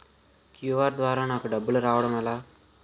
QR ద్వారా నాకు డబ్బులు రావడం ఎలా?